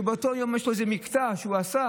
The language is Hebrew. שבאותו יום יש לו איזה מקטע שהוא עשה,